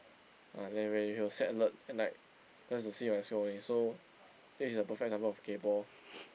ah then when he will set alert and like just to see my score only so this is a perfect example of kaypoh